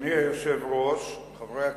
אדוני היושב-ראש, חברי הכנסת,